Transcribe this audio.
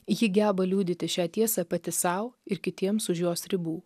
ji geba liudyti šią tiesą pati sau ir kitiems už jos ribų